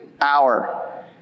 hour